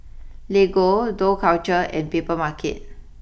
Lego Dough culture and Papermarket